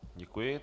Děkuji.